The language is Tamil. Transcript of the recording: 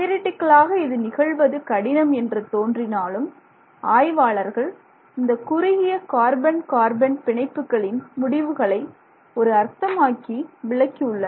தியரிடிக்கலாக இது நிகழ்வது கடினம் என்று தோன்றினாலும் ஆய்வாளர்கள் இந்தக் குறுகிய கார்பன் கார்பன் பிணைப்புகளின் முடிவுகளை ஒரு அர்த்தம் ஆக்கி விளக்கியுள்ளனர்